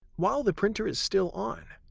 while the printer is still on,